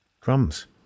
Crumbs